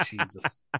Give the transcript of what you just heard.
Jesus